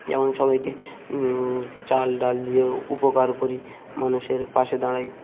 যেমন সবাইকে চাল ডাল দিয়েও উপকার করি মানুষের পাশে দাঁড়াই